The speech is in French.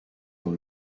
dans